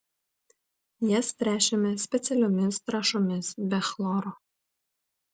jas tręšiame specialiomis trąšomis be chloro